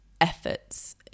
efforts